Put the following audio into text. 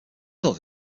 does